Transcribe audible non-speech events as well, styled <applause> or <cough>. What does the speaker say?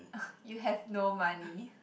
<laughs> you have no money